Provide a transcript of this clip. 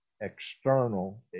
external